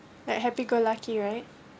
like happy go lucky right